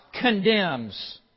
condemns